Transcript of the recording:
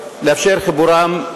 לאפשר את חיבורם,